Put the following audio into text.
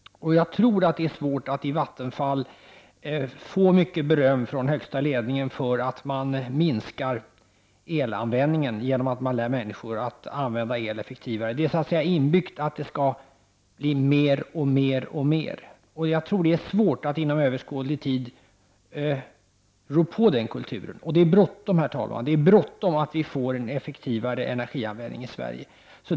Jag tror att det är svårt att i Vattenfall få beröm från högsta ledningen för att man minskar elanvändningen genom att lära människor att använda el effektivare — det är så att säga inbyggt att elanvänd ningen skall öka. Jag tror att det är svårt att inom överskådlig tid rå på den = Prot. 1989/90:132 kulturen. 31 maj 1990 Och det är bråttom, herr talman. Det är bråttom att vi får en effektivare 5 Vissa frågor rörande energianvändning i Sverige.